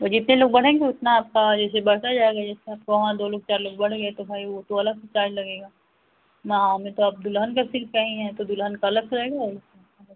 तो जितने लोग बढ़ेंगे उतना आपका जैसे बढ़ता जाएगा जैसे आपका वहाँ दो लोग चार लोग बढ़ गए तो भाई वह तो अलग चार्ज लगेगा ना हमें तो आप दुल्हन का सिर्फ कहीं हैं तो दुल्हन का अलग से लगेगा और उसका अलग